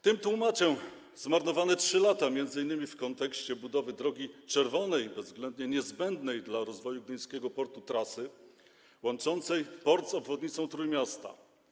Tym tłumaczę zmarnowane 3 lata, m.in. w kontekście budowy drogi czerwonej, bezwzględnie niezbędnej do rozwoju gdyńskiego portu trasy łączącej port z obwodnicą Trójmiasta.